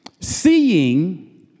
Seeing